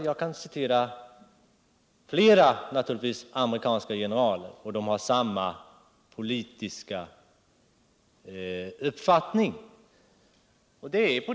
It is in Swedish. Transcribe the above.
Jag kan naturbgtvis citera flera amerikanska generaler som har samma politiska uppfattning.